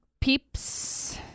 peeps